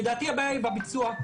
לדעתי הבעיה היא בביצוע,